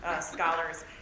scholars